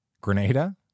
Grenada